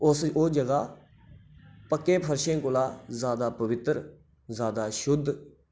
उस ओह् जगह् पक्के फर्शें कोला जैदा पवित्र जैदा शुद्ध